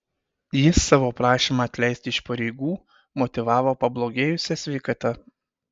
jis savo prašymą atleisti iš pareigų motyvavo pablogėjusia sveikata